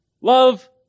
Love